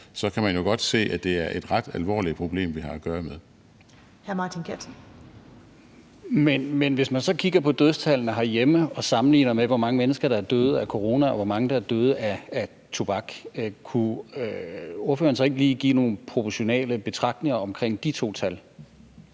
næstformand (Karen Ellemann): Hr. Martin Geertsen. Kl. 21:29 Martin Geertsen (V): Men hvis man så kigger på dødstallene herhjemme og sammenligner, hvor mange mennesker der er døde af corona, og hvor mange der er døde af tobak, kunne ordføreren så ikke lige give nogle proportionale betragtninger omkring de to tal?